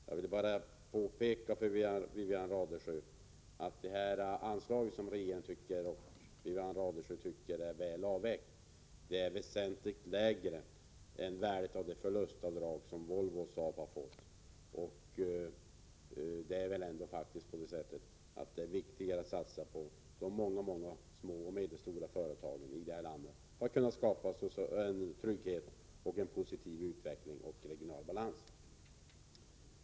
Jag vill bara påpeka för Wivi-Anne Radesjö att det anslag som hon och regeringen anser vara väl avvägt är väsentligt lägre än det värde som motsvaras av det förlustavdrag som Volvo och Saab har beviljats. Det är väl ändå viktigare att satsa på de många små och medelstora företagen i det här landet för att därigenom kunna skapa en trygghet och en positiv utveckling samt regional balans.